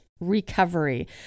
recovery